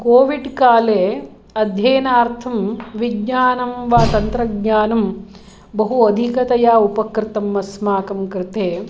COVID काले अध्ययनार्थं विज्ञानं वा तन्त्रज्ञानं बहु अधिकतया उपकृतम् अस्माकं कृते